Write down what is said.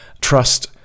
Trust